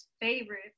favorite